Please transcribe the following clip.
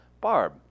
Barb